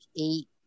eight